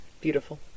beautiful